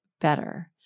better